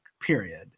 period